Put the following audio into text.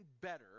better